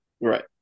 Right